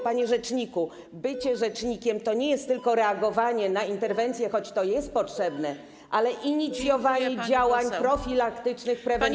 Panie rzeczniku, bycie rzecznikiem to nie tylko reagowanie, interwencje, choć to jest potrzebne, ale także inicjowanie działań profilaktycznych, prewencyjnych.